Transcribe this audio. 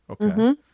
Okay